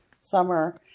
summer